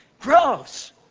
gross